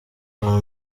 uwa